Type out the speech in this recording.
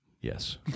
yes